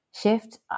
shift